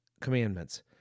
commandments